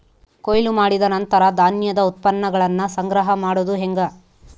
ಕೊಯ್ಲು ಮಾಡಿದ ನಂತರ ಧಾನ್ಯದ ಉತ್ಪನ್ನಗಳನ್ನ ಸಂಗ್ರಹ ಮಾಡೋದು ಹೆಂಗ?